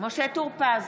משה טור פז,